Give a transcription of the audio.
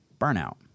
burnout